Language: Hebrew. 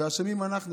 ואשמים אנחנו,